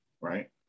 right